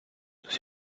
nous